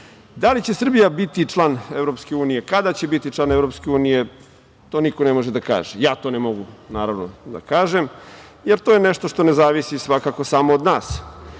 li će Srbija biti član EU, kada će biti član EU, to niko ne može da kaže. Ja to ne mogu naravno da kažem, jer to je nešto što ne zavisi svakako samo od nas.